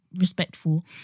respectful